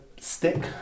stick